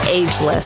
ageless